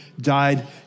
died